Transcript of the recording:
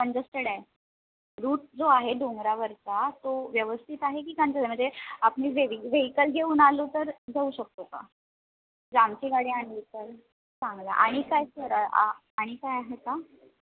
congested आहे route जो आहे डोंगरावरचा तो व्यवस्थित आहे की कंज म्हणजे आपली वेवी वेहिकल घेऊन आलो तर जाऊ शकतो का जर आमची गाडी आणली तर चांगला आणि काय सर आणि काय आहे का